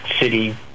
city